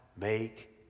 make